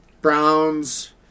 brown's